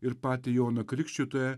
ir patį joną krikštytoją